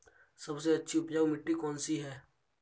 सबसे अच्छी उपजाऊ मिट्टी कौन सी है?